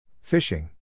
Fishing